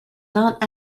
not